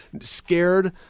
scared